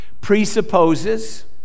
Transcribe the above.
presupposes